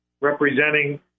representing